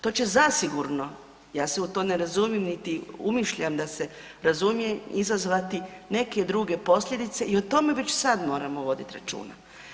To će zasigurno, ja se u to ne razumim, niti umišljam da se razumijem, izazvati neke druge posljedice i o tome već sad moramo voditi računa.